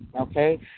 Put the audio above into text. okay